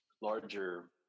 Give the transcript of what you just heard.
larger